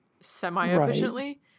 semi-efficiently